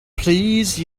please